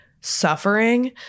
suffering